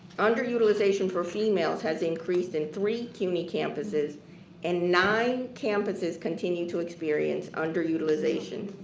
underutilization for females has increased in three cuny campuses and nine campuses continue to experience underutilization.